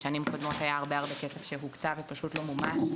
בשנים קודמות היה הרבה-הרבה כסף שהוקצה ופשוט לא מומש.